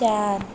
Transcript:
चार